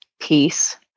peace